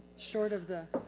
short of the.